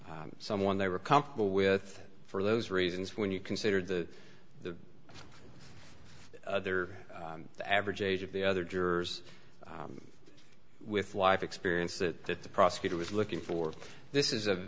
not someone they were comfortable with for those reasons when you consider the the other the average age of the other jurors with life experience that the prosecutor was looking for this is